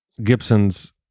Gibson's